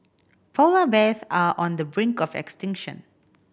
polar bears are on the brink of extinction